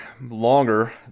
longer